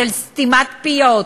של סתימת פיות,